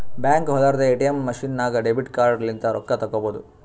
ಬ್ಯಾಂಕ್ಗ ಹೊಲಾರ್ದೆ ATM machine ನಾಗ್ ಡೆಬಿಟ್ ಕಾರ್ಡ್ ಲಿಂತ್ ರೊಕ್ಕಾ ತೇಕೊಬೋದ್